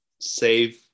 save